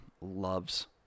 loves